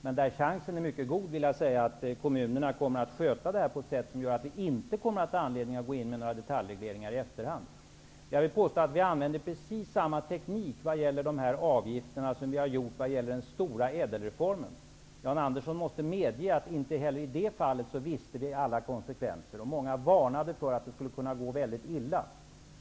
Men chansen är enligt min mening mycket god att kommunerna kommer att sköta detta på ett sådant sätt att vi inte kommer att ha anledning att gå in med några detaljregleringar i efterhand. Jag vill påstå att vi använder precis samma teknik vad gäller dessa avgifter som vi har gjort vad gäller den stora ÄDEL-reformen. Jan Andersson måste medge att vi inte heller i det fallet kände till alla konsekvenser. Många varnade för att det skulle kunna gå mycket illa.